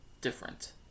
different